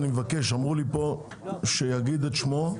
אני מבקש שיגיד את שמו,